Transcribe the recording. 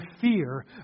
fear